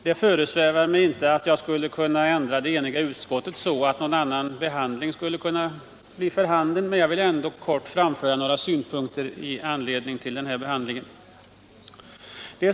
Mot bakgrunden av den eniga utskottsskrivningen föresvävar det mig inte att jag skulle kunna påverka behandlingen i kammaren, men jag vill ändå kort framföra några synpunkter i anslutning till detta ärende.